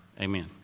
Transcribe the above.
amen